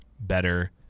better